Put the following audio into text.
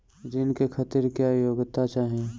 ऋण के खातिर क्या योग्यता चाहीं?